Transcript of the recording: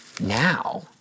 now